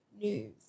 news